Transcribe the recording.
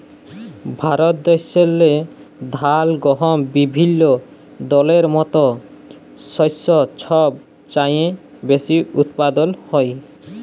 ভারত দ্যাশেল্লে ধাল, গহম বিভিল্য দলের মত শস্য ছব চাঁয়ে বেশি উৎপাদল হ্যয়